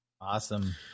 Awesome